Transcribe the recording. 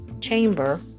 chamber